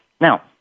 Now